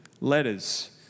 letters